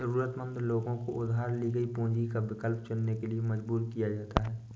जरूरतमंद लोगों को उधार ली गई पूंजी का विकल्प चुनने के लिए मजबूर किया जाता है